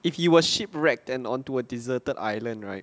if you were ship wrecked and onto a deserted island right